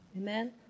Amen